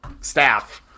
staff